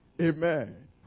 Amen